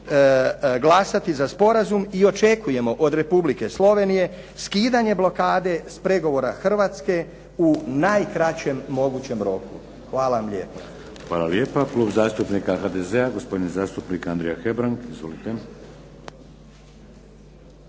glasati za sporazum i očekujemo od Republike Slovenije skidanje blokade s pregovora Hrvatske u najkraćem mogućem roku. Hvala vam lijepo. **Šeks, Vladimir (HDZ)** Hvala lijepa. Klub zastupnika HDZ-a, gospodin zastupnik Andrija Hebrang. Izvolite.